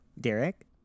Derek